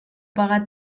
pagar